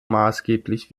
maßgeblich